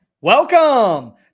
welcome